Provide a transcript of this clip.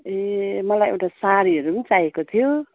ए मलाई एउटा साडीहरू चाहिएको थियो